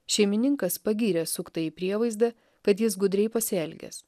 šeimininkas pagyrė suktąjį prievaizdą kad jis gudriai pasielgęs